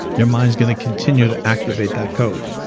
your mind's going to continue to activate that code.